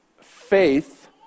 faith